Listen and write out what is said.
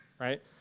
right